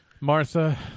Martha